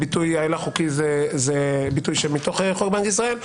הביטוי הילך חוקי הוא ביטוי מתוך חוק בנק ישראל.